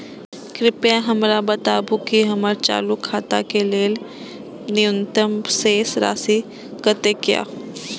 कृपया हमरा बताबू कि हमर चालू खाता के लेल न्यूनतम शेष राशि कतेक या